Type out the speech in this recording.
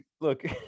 look